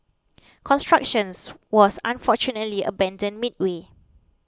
constructions was unfortunately abandoned midway